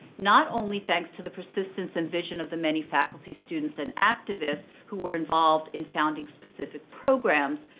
not only thanks to the persistence and vision of the many faculty students and activists who were involved in founding specific programs,